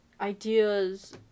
ideas